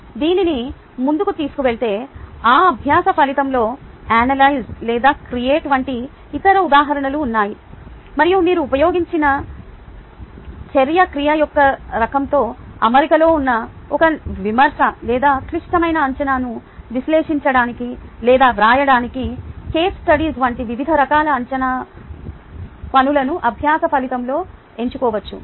దీనిని ముందుకు తీసుకువెళ్తే ఆ అభ్యాస ఫలితంలో అనలైజ్ లేదా క్రియేట్ వంటి ఇతర ఉదాహరణలు ఉన్నాయి మరియు మీరు ఉపయోగించిన చర్య క్రియ యొక్క రకంతో అమరికలో ఉన్న ఒక విమర్శ లేదా క్లిష్టమైన అంచనాను విశ్లేషించడానికి లేదా వ్రాయడానికి కేస్ స్టడీస్ వంటి వివిధ రకాల అంచనా పనులను అభ్యాస ఫలితంలో ఎంచుకోవచ్చు